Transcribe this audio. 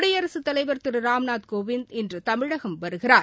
குடியரசுத் தலைவர் திரு ராம்நாத் கோவிந்த் இன்று தமிழகம் வருகிறார்